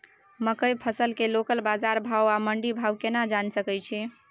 मकई फसल के लोकल बाजार भाव आ मंडी भाव केना जानय सकै छी?